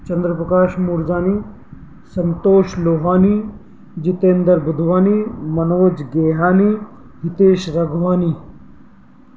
Chandraprakash Moorjani Santosh Lobhani Jitendra Budhwani Manoj Gehani Hitesh Ragwani